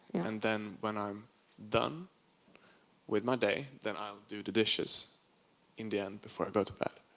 then when i'm done with my day, then i'll do the dishes in the end, before i go to bed.